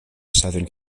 southern